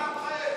אז למה אתה מחייך?